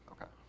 Okay